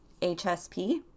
HSP